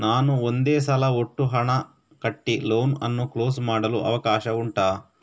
ನಾನು ಒಂದೇ ಸಲ ಒಟ್ಟು ಹಣ ಕಟ್ಟಿ ಲೋನ್ ಅನ್ನು ಕ್ಲೋಸ್ ಮಾಡಲು ಅವಕಾಶ ಉಂಟಾ